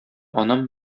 анам